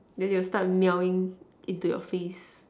then they'll start meowing into your face